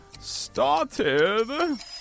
started